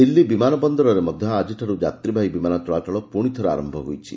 ଦିଲ୍ଲୀ ବିମାନ ବନ୍ଦରରେ ମଧ୍ୟ ଆଜିଠାରୁ ଯାତ୍ରୀବାହୀ ବିମାନ ଚଳାଚଳ ପୁଣି ଥରେ ଆରୟ ହୋଇଛି